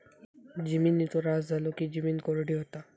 जिमिनीचो ऱ्हास झालो की जिमीन कोरडी होता